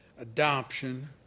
Adoption